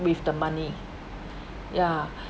with the money ya